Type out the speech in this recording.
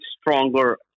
stronger